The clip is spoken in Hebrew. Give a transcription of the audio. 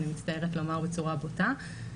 אני מצטערת לומר בצורה בוטה.